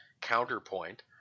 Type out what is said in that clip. counterpoint